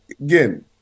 again